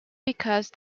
because